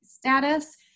Status